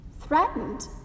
threatened